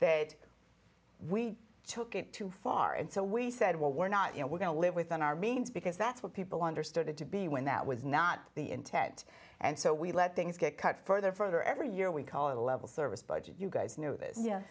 that we took it too far and so we said well we're not you know we're going to live within our means because that's what people understood it to be when that was not the intent and so we let things get cut further further every year we call it a level service budget you guys